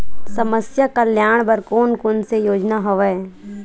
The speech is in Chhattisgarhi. समस्या कल्याण बर कोन कोन से योजना हवय?